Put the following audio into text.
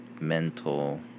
mental